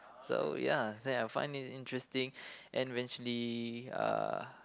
so ya then I find it interesting and eventually uh